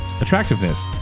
Attractiveness